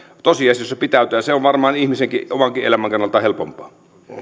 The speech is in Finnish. tosiasioissa pitäytyä ja se on varmaan ihmisen omankin elämän kannalta helpompaa